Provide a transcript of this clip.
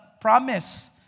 promise